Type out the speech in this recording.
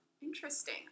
Interesting